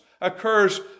occurs